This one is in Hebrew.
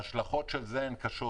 ההשלכות של זה הן קשות,